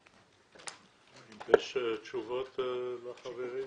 האם יש תשובות לחברים?